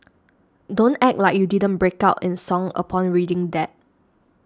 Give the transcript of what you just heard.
don't act like you didn't break out in song upon reading that